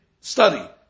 study